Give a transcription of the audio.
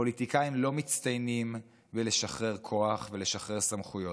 פוליטיקאים לא מצטיינים בלשחרר כוח ולשחרר סמכויות.